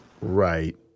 Right